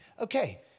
Okay